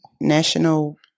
National